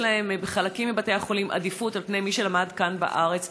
יש להם בחלקים מבתי החולים עדיפות על פני מי שלמד כאן בארץ.